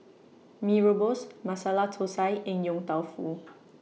Mee Rebus Masala Thosai and Yong Tau Foo